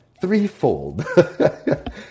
threefold